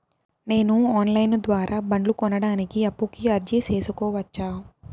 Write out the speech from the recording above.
నేను online ద్వారా బండ్లు కొనడానికి అప్పుకి అర్జీ సేసుకోవచ్చా?